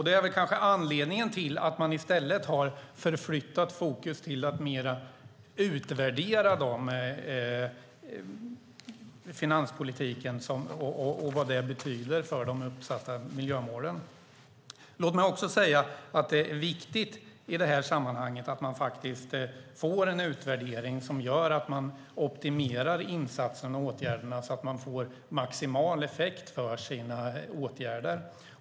Det är kanske anledningen till att man i stället har förflyttat fokus till att mer utvärdera finanspolitiken och vad den betyder för de uppsatta miljömålen. Låt mig också säga att det är viktigt i det här sammanhanget att man faktiskt får en utvärdering som gör att man optimerar insatsen och åtgärderna så att man får maximal effekt av sina åtgärder.